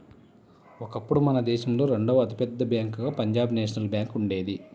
ఒకప్పుడు మన దేశంలోనే రెండవ అతి పెద్ద బ్యేంకుగా పంజాబ్ నేషనల్ బ్యేంకు ఉండేది